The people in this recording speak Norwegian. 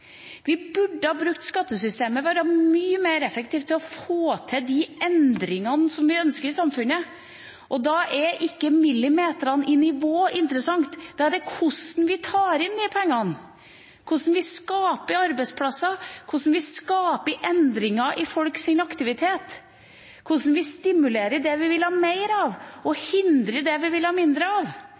Vi burde ha brukt skattesystemet vårt mye mer effektivt til å få til de endringene vi ønsker i samfunnet. Da er ikke millimeterne i nivå interessant, da er det hvordan vi tar inn de pengene, hvordan vi skaper arbeidsplasser, hvordan vi skaper endringer i folks aktivitet, hvordan vi stimulerer det vi vil ha mer av, og hindrer det vi vil ha mindre av